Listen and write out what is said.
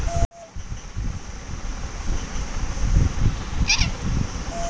सरकार के प्रति आपन विद्रोह दिखावे खातिर लोग कर प्रतिरोध करत बाटे